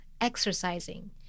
exercising